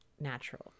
natural